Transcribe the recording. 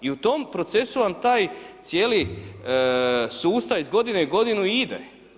I u tom procesu vam taj cijeli sustav iz godine u godinu i ide.